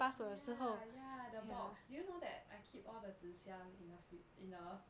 oh ya ya the box did you know that I keep all the 纸箱 in the fri~ in the